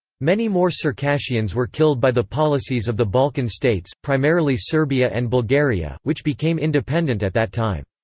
many more circassians were killed by the policies of the balkan states, primarily serbia and bulgaria, which became independent at that time.